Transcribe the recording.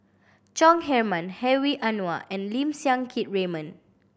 Chong Heman Hedwig Anuar and Lim Siang Keat Raymond